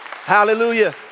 Hallelujah